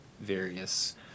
various